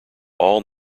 all